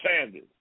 Sanders